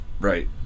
Right